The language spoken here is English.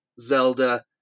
Zelda